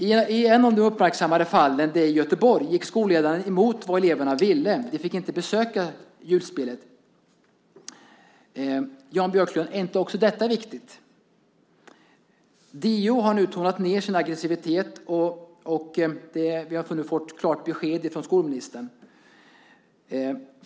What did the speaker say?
I ett av de uppmärksammade fallen - det i Göteborg - gick skolledaren emot vad eleverna ville, och de fick inte göra detta besök för att se julspelet. Jan Björklund, är inte också detta viktigt? DO har nu tonat ned sin aggressivitet, och vi har nu fått klart besked från skolministern.